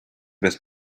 best